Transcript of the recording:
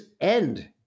end